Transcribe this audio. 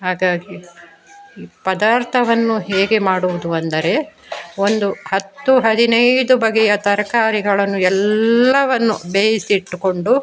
ಹಾಗಾಗಿ ಈ ಪದಾರ್ಥವನ್ನು ಹೇಗೆ ಮಾಡುವುದು ಅಂದರೆ ಒಂದು ಹತ್ತು ಹದಿನೈದು ಬಗೆಯ ತರಕಾರಿಗಳನ್ನು ಎಲ್ಲವನ್ನೂ ಬೇಯಿಸಿಟ್ಟುಕೊಂಡು